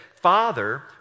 Father